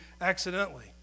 accidentally